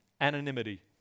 anonymity